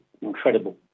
incredible